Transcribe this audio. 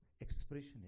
expression